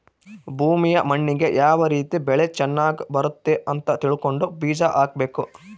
ಭೂಮಿಯ ಮಣ್ಣಿಗೆ ಯಾವ ರೀತಿ ಬೆಳೆ ಚನಗ್ ಬರುತ್ತೆ ಅಂತ ತಿಳ್ಕೊಂಡು ಬೀಜ ಹಾಕಬೇಕು